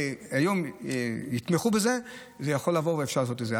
היום יתמכו בזה, זה יכול לעבור ואפשר לעשות את זה.